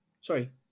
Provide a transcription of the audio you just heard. Sorry